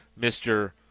Mr